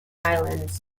islands